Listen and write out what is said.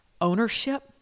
ownership